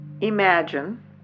Imagine